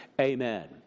Amen